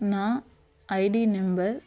నా ID number